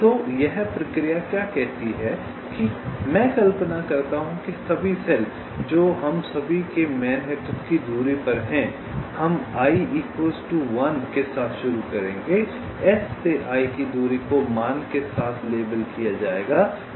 तो यह प्रक्रिया क्या कहती है कि मैं कल्पना करता हूं कि सभी सेल जो हम सभी के मैनहट्टन की दूरी पर हैं हम के साथ शुरू करेंगे S से i की दूरी को मान के साथ लेबल किया जाएगा